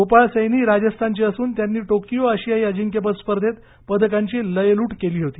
गोपाळ सैनी राजस्थानचे असून त्यांनी टोकीयो आशियाई अजिंक्यपद स्पर्धेत पदकांची लयलुट केली होती